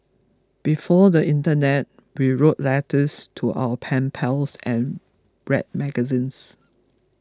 before the internet we wrote letters to our pen pals and read magazines